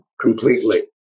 completely